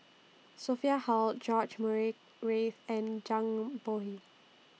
Sophia Hull George Murray Reith and Zhang Bohe